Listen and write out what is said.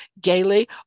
gaily